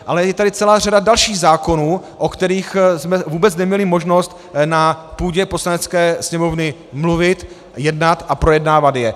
Ale je tady celá řada dalších zákonů, o kterých jsme vůbec neměli možnost na půdě Poslanecké sněmovny mluvit, jednat a projednávat je.